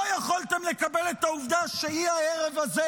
לא יכולתם לקבל את העובדה שהיא הערב הזה